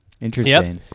interesting